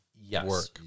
yes